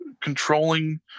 controlling